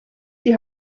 die